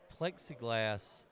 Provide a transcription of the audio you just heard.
plexiglass